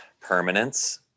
permanence